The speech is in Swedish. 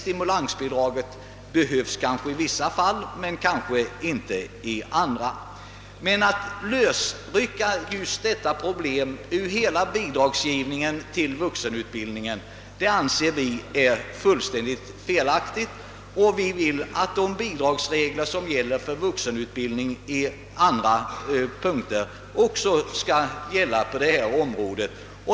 Stimulansbidrag behövs kanske i vissa fall. Vi anser emellertid att det är felaktigt att lösrycka problemet om bidragsgivningen till vuxenutbildningen. Vi vill att de regler som gäller för bidragsgivning på andra områden även skall gälla härvidlag.